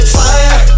fire